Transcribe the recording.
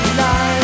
life